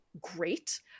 great